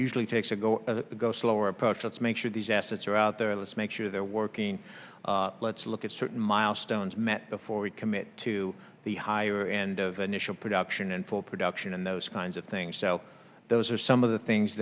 usually takes a go go slower approach let's make sure these assets are out there let's make sure they're working let's look at certain milestones met before we commit to the higher end of the initial production and full production and those kinds of things so those are some of the things